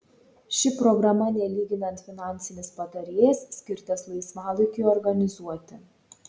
ši programa nelyginant finansinis patarėjas skirtas laisvalaikiui organizuoti